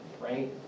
right